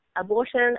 abortion